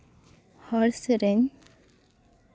ᱦᱚᱲ ᱥᱮᱨᱮᱧ